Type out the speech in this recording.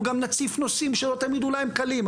אנחנו גם נציף נושאים שלא תמיד אולי הם קלים.